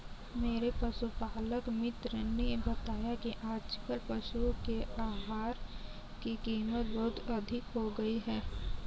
मेरे पशुपालक मित्र ने बताया कि आजकल पशुओं के आहार की कीमत बहुत अधिक हो गई है